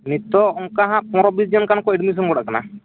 ᱱᱤᱛᱚᱜ ᱚᱱᱠᱟ ᱦᱟᱜ ᱯᱚᱱᱨᱚᱼᱵᱤᱥ ᱡᱚᱱᱠᱚ ᱮᱰᱢᱤᱥᱚᱱ ᱜᱚᱫ ᱟᱠᱟᱱᱟ